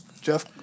Jeff